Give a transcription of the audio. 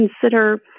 consider